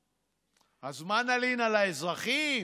אז מה נלין על האזרחים,